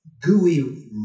gooey